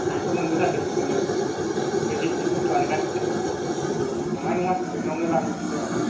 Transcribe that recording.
आंथ' मोनबोथारदों बिदिनो पेकेटनि बुस्तुआनो गाज्रिसो नङा नङा नोंनावनो लांफैथारदों आङो